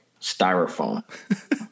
styrofoam